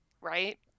Right